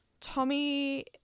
Tommy